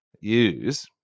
use